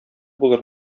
булыр